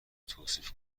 توصیف